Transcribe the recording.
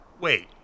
Wait